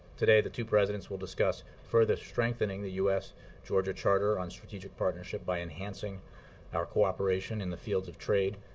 today the two presidents will discuss further strengthening the u s georgia charter on strategic partnership by enhancing our cooperation in the fields of trade,